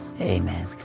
Amen